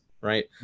right